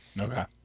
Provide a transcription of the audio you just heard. Okay